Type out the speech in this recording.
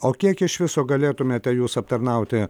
o kiek iš viso galėtumėte jūs aptarnauti